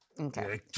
Okay